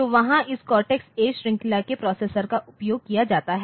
तो वहाँ इस कोर्टेक्स ए श्रृंखला के प्रोसेसर का उपयोग किया जाता है